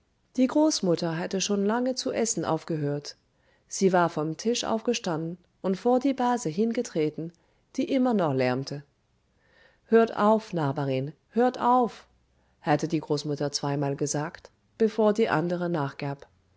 die großmutter hatte schon lange zu essen aufgehört sie war vom tisch aufgestanden und vor die base hingetreten die immer noch lärmte hört auf nachbarin hört auf hatte die großmutter zweimal gesagt bevor die andere nachgab